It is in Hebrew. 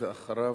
ואחריו,